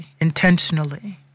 intentionally